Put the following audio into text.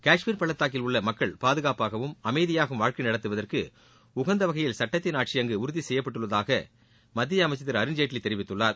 காஷ்மீர் பள்ளத்தாக்கில் உள்ள மக்கள் பாதுகாப்பாகவும் அமைதியாகவும் வாழ்க்கை நடத்துவதற்கு உகந்த வகையில் சட்டத்தின் ஆட்சி அங்கு உறுதி செய்யப்பட்டுள்ளதாக மத்திய அமைச்சர் திரு அருண்ஜேட்லி தெரிவித்துள்ளார்